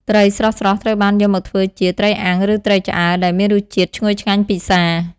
ត្រីស្រស់ៗត្រូវបានយកមកធ្វើជា ត្រីអាំង ឬត្រីឆ្អើរ ដែលមានរសជាតិឈ្ងុយឆ្ងាញ់ពិសា។